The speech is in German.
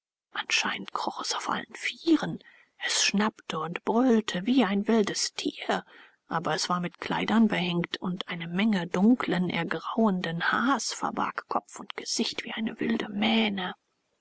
anscheinend kroch es auf allen vieren es schnappte und brüllte wie ein wildes tier aber es war mit kleidern behängt und eine menge dunklen ergrauenden haars verbarg kopf und gesicht wie eine wilde mähne